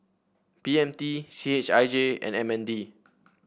B M T C H I J and M N D